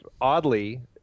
oddly